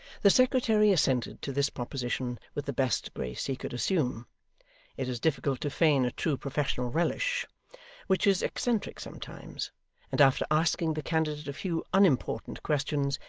the secretary assented to this proposition with the best grace he could assume it is difficult to feign a true professional relish which is eccentric sometimes and after asking the candidate a few unimportant questions,